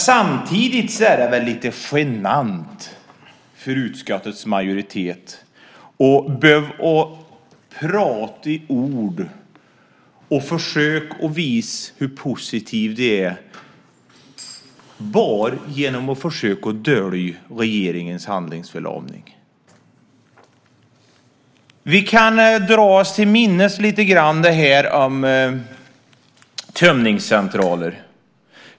Samtidigt är det väl lite genant för utskottets majoritet att prata i ord och försöka visa hur positiva de är bara genom att försöka dölja regeringens handlingsförlamning. Vi kan dra oss till minnes frågan om tömningscentraler.